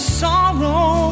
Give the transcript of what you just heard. sorrow